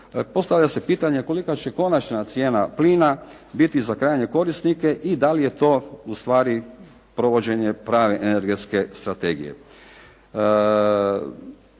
postavlja se pitanje kolika će konačna cijena plina biti za krajnje korisnike i da li je to ustvari provođenje prave energetske strategije.